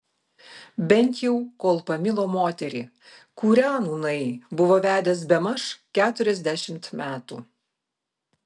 bent jau kol pamilo moterį kurią nūnai buvo vedęs bemaž keturiasdešimt metų